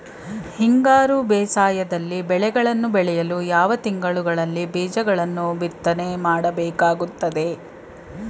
ಹಿಂಗಾರು ಬೇಸಾಯದಲ್ಲಿ ಬೆಳೆಗಳನ್ನು ಬೆಳೆಯಲು ಯಾವ ತಿಂಗಳುಗಳಲ್ಲಿ ಬೀಜಗಳನ್ನು ಬಿತ್ತನೆ ಮಾಡಬೇಕಾಗುತ್ತದೆ?